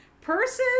purses